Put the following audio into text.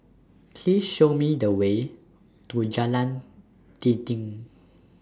Please Show Me The Way to Jalan Dinding